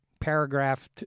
paragraph